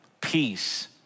peace